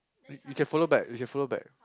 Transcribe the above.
y~ you can follow back you can follow back